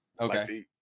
Okay